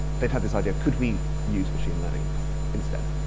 they had this idea, could we use machine learning instead?